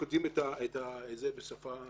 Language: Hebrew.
היו כותבים את ההוראות האלה בשפה אחרת.